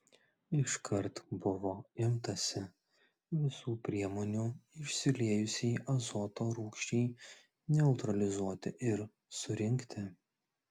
iškart buvo imtasi visų priemonių išsiliejusiai azoto rūgščiai neutralizuoti ir surinkti